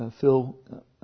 Phil